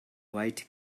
white